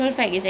ya